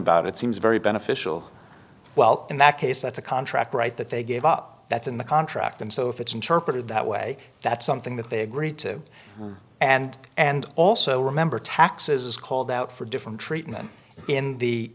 about it seems very beneficial well in that case that's a contract right that they gave up that's in the contract and so if it's interpreted that way that's something that they agreed to and and also remember taxes called out for different treatment in the